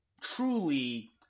truly